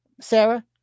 Sarah